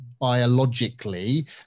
biologically